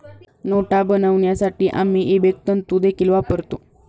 नोटा बनवण्यासाठी आम्ही इबेक तंतु देखील वापरतो